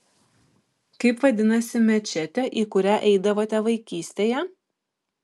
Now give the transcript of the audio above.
kaip vadinasi mečetė į kurią eidavote vaikystėje